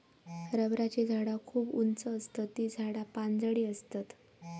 रबराची झाडा खूप उंच आसतत ती झाडा पानझडी आसतत